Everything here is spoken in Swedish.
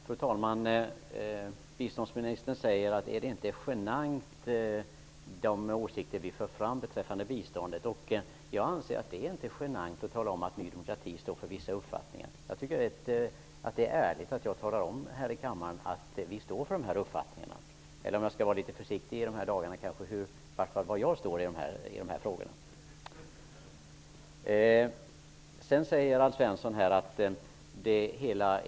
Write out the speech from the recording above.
Fru talman! Biståndsministern undrar om det inte känns genant att föra fram våra åsikter beträffande biståndet. Jag anser inte att det är genant att tala om att Ny demokrati står för vissa uppfattningar. Jag tycker att det är ärligt att här i kammaren tala om att vi står för de här uppfattningarna eller i alla fall var jag står i de här frågorna, om jag skall vara litet försiktig i dessa dagar.